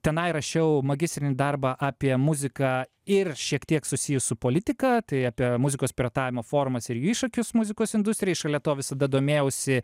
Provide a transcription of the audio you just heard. tenai rašiau magistrinį darbą apie muziką ir šiek tiek susijį su politika tai apie muzikos piratavimo formas ir jų iššūkius muzikos industrijai šalia to visada domėjausi